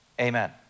amen